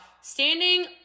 Standing